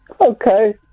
Okay